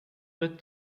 but